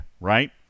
right